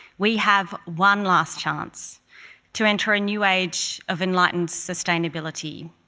we have one last chance to enter a new age of enlightened sustainability,